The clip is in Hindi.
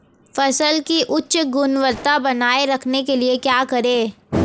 फसल की उच्च गुणवत्ता बनाए रखने के लिए क्या करें?